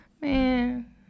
Man